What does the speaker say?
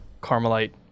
carmelite